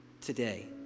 today